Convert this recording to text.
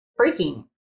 freaking